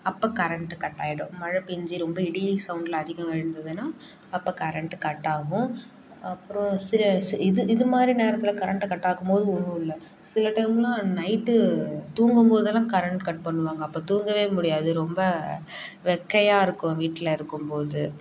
அப்போ current cut ஆகிடும் மழை பேய்ஞ்சி ரொம்ப இடி சவுண்ட்லாம் அதிகம் எழுந்ததுனா அப்போ கரண்ட்டு கட்டாகும் அப்றம் சில இது இது மாதிரி நேரத்தில் கரண்ட்டை கட் ஆக்கும்போது ஒன்றும் இல்லை சில டைம்லாம் நைட்டு தூங்கும்போதெல்லாம் கரண்ட் கட் பண்ணுவாங்க அப்போ தூங்க முடியாது ரொம்ப வெக்கையாக இருக்கும் வீட்டில் இருக்கும் போது